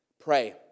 Pray